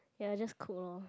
ya just cook loh